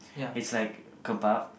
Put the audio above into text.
it's like Kebab